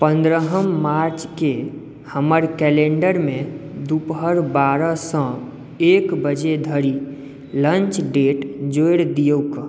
पन्द्रहम मार्च के हमर कैलेंडरमे दुपहर बारह सँ एक बजे धरि लंच डेट जोड़ि दियौक